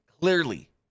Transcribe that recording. clearly